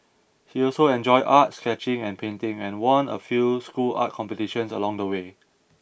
he also enjoyed art sketching and painting and won a few school art competitions along the way